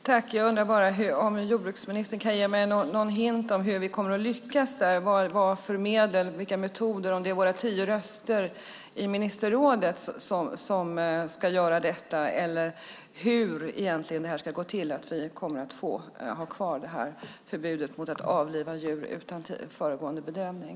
Herr talman! Jag undrar bara om jordbruksministern kan ge mig en hint om hur vi kommer att lyckas. Vilka medel och metoder har vi? Är det våra tio röster i ministerrådet som ska göra detta? Hur ska det egentligen gå till att få ha kvar förbudet mot att avliva djur utan föregående bedövning?